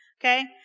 Okay